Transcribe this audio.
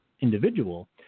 individual